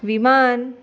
विमान